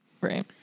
Right